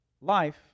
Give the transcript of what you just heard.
Life